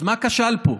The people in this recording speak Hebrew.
אז מה כשל פה?